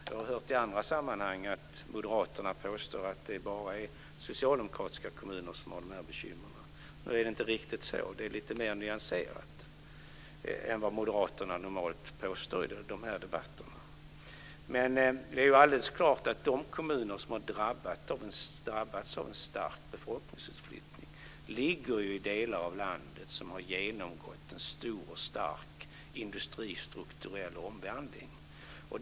Jag har hört i andra sammanhang att Moderaterna påstår att det bara är socialdemokratiska kommuner som har de här bekymren. Nu är det inte riktigt så - det är lite mer nyanserat än vad Moderaterna normalt påstår i de här debatterna. Men det är alldeles klart att de kommuner som har drabbats av en stor befolkningsutflyttning ligger i delar av landet som har genomgått en stor och stark industristrukturell omvandling.